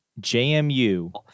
JMU